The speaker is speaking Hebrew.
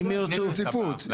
אם יהיה דין רציפות.